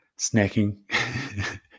snacking